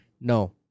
no